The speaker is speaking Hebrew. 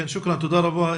תודה רבה.